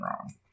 wrong